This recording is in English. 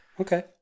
Okay